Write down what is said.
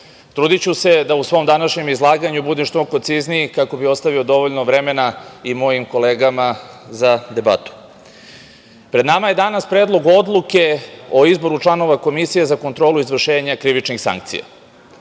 trudiću se da u svom današnjem izlaganju budem što koncizniji, kao bih ostavio dovoljno vremena i mojim kolegama za debatu. Pred nama je danas Predlog odluke o izboru članova Komisije za kontrolu izvršenja krivičnih sankcija.